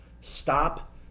Stop